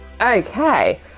Okay